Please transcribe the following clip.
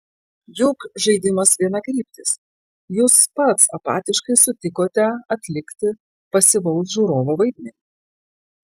juk žaidimas vienakryptis jūs pats apatiškai sutikote atlikti pasyvaus žiūrovo vaidmenį